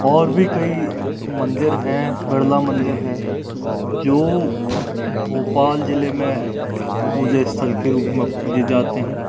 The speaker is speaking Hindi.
और भी कई मंदिर हैं बिड़ला मंदिर है जो भोपाल ज़िले में पूजा इस्थल के रूप में पूजे जाते हैं